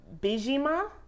Bijima